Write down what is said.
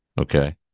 okay